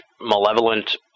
malevolent